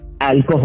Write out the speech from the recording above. alcohol